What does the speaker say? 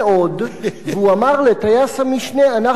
והוא אמר לטייס המשנה: אנחנו בסיאטל,